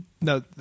No